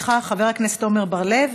סליחה חבר הכנסת עמר בר-לב,